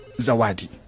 Zawadi